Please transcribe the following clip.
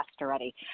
already